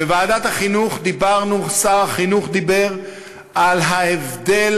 בוועדת החינוך שר החינוך דיבר על ההבדל